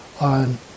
on